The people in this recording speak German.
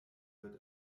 wird